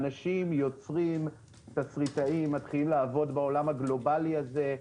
יוצרים ותסריטאים מתחילים לעבוד בעולם הגלובאלי הזה,